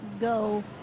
go